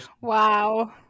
Wow